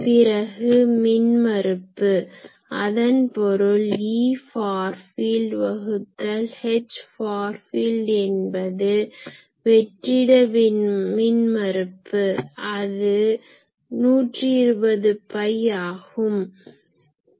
பிறகு மின்மறுப்பு அதன் பொருள் Efar field வகுத்தல் Hfar field என்பது வெற்றிட மின்மறுப்பு அது 120 பை ஆகும்